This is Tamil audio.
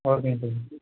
ஓகேங்க சார்